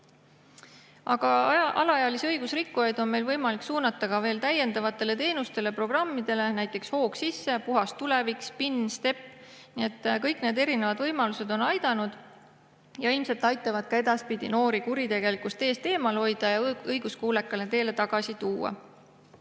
Alaealisi õigusrikkujaid on meil võimalik suunata ka täiendavatele teenustele-programmidele, näiteks "Hoog sisse!", "Puhas tulevik", SPIN, STEP. Kõik need erinevad võimalused on aidanud ja ilmselt aitavad ka edaspidi noori kuritegelikust teest eemal hoida või nad õiguskuulekale teele tagasi tuua.